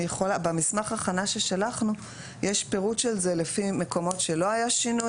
במסמך ההכנה ששלחנו יש פירוט של זה לפי מקומות שלא היה שינוי,